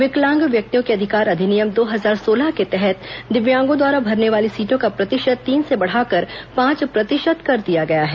विकलांग व्यक्तियों के अधिकार अधिनियम दो हजार सोलह के तहत दिव्यांगों द्वारा भरने वाली सीटों का प्रतिशत तीन से बढ़ाकर पांच प्रतिशत कर दिया गया है